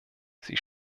sie